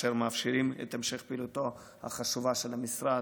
אשר מאפשרים את המשך פעילותו החשובה של המשרד,